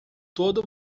todo